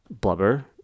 blubber